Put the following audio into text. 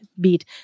beat